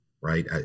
right